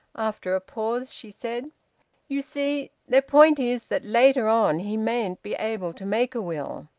after a pause she said you see their point is that later on he mayn't be able to make a will.